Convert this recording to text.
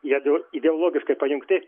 jiedu ideologiškai pajungti